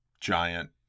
giant